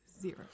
zero